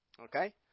Okay